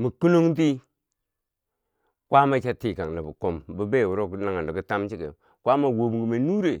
mikinong ti kwaama che tikan nobo kombibeyo wuro naghen do ko tamchikeu kwaama a wom kumen nure.